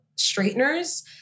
straighteners